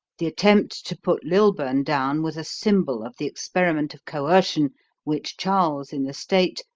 the attempt to put lilburne down was a symbol of the experiment of coercion which charles in the state,